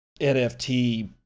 nft